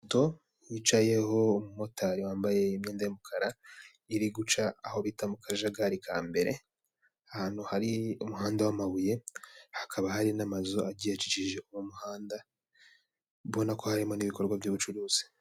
Moto yicayeho umumotari wambaye imyenda y'umukara iri guca aho bita mu kajagari ka mbere, ahantu hari umuhanda w'amabuye hakaba hari n'amazu agiye akikije uwo muhanda mbona ko harimo n'ibikorwa by'ubucurukuzi.